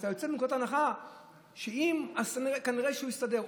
אתה יוצא מנקודת הנחה שאם, אז כנראה הוא הסתדר.